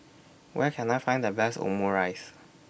Where Can I Find The Best Omurice